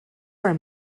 were